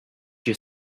you